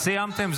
סיימתם?